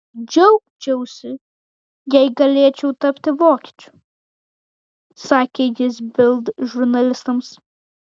džiaugčiausi jei galėčiau tapti vokiečiu sakė jis bild žurnalistams